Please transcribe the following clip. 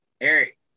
Eric